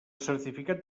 certificat